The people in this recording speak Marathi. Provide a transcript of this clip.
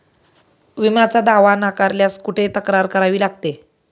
विम्याचा दावा नाकारल्यास कुठे तक्रार करावी लागते?